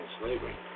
slavery